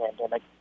pandemic